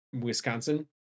Wisconsin